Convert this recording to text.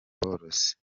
borozi